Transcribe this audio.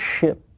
ship